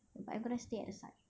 but I'm gonna stay at the side